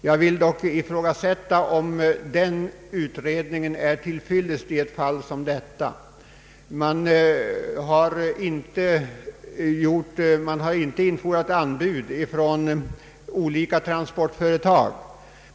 Jag vill dock ifrågasätta om den utredningen är till fyllest i ett fall som detta. Utredningen har inte infordrat anbud från olika transportföretag.